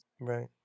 Right